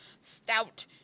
stout